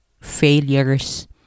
failures